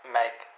make